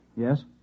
Yes